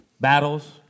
Battles